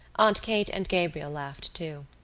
aunt kate and gabriel laughed too.